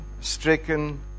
stricken